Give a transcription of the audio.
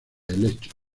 helechos